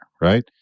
right